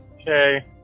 Okay